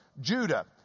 Judah